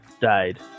died